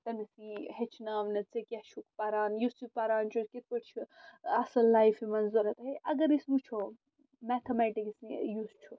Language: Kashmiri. تٔمِس یی ہٮ۪چھناونہٕ ژےٚ کیٛاہ چھُکھ پَران یُس یہِ پَران چھُس کِتھ پٲٹھۍ چھُ اَصٕل لایفہِ منٛز ضروٗرت ہے اگر أسۍ وٕچھو میٚتھامیٹِکٕس یُس چھُ